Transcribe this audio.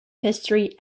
history